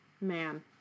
man